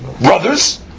brothers